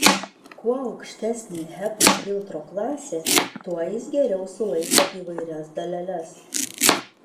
kuo aukštesnė hepa filtro klasė tuo jis geriau sulaiko įvairias daleles